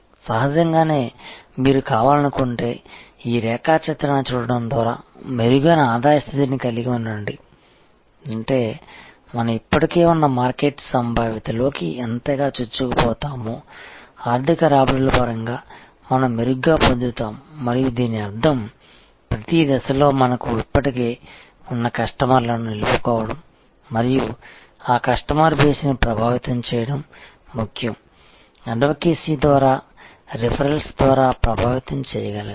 సహజంగానే మీరు కావాలనుకుంటే ఈ రేఖాచిత్రాన్ని చూడటం ద్వారా మెరుగైన ఆదాయ స్థితిని కలిగి ఉండండి అంటే మనం ఇప్పటికే ఉన్న మార్కెట్ సంభావ్యతలోకి ఎంతగా చొచ్చుకుపోతామో ఆర్థిక రాబడుల పరంగా మనం మెరుగ్గా పొందుతాము మరియు దీని అర్థం ప్రతి దశలో మనకు ఇప్పటికే ఉన్న కస్టమర్లను నిలుపుకోవడం మరియు ఆ కస్టమర్ బేస్ని ప్రభావితం చేయడం ముఖ్యం అడ్వకెసి ద్వారా రిఫెరల్స్ ద్వారా ప్రభావితం చేయగలగాలి